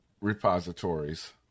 repositories